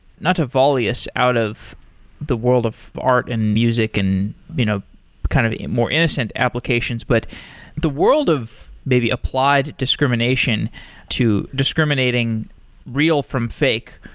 not to volley us out of the world of art and music and you know kind of more innocent applications, but the world of maybe applied discrimination to discriminating real from fake,